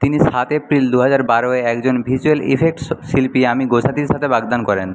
তিনি সাত এপ্রিল দুহাজার বারোয় একজন ভিজ্যুয়াল ইফেক্ট শিল্পী আমি গোসাদির সাথে বাগদান করেন